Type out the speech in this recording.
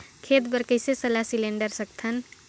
खेती बर कइसे सलाह सिलेंडर सकथन?